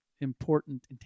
important